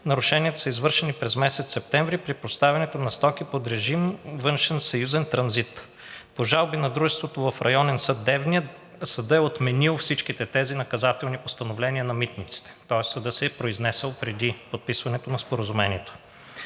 Нарушенията са извършени през месец септември при поставянето на стоки под режим „Външен съюзен транзит“. По жалби на Дружеството в Районен съд – Девня, съдът е отменил всичките тези наказателни постановления на „Митниците“, тоест съдът се е произнесъл преди подписването на споразумението.